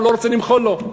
הוא לא רוצה למחול לו.